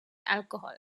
alcohol